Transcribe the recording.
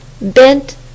bent